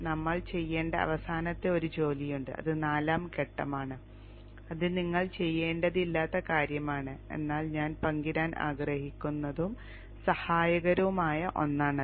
ഞങ്ങൾ ചെയ്യേണ്ട അവസാനത്തെ ഒരു ജോലിയുണ്ട് അത് നാലാം ഘട്ടമാണ് അത് നിങ്ങൾ ചെയ്യേണ്ടതില്ലാത്ത കാര്യമാണ് എന്നാൽ ഞാൻ പങ്കിടാൻ ആഗ്രഹിക്കുന്നതും സഹായകരവുമായ ഒന്നാണത്